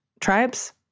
Tribes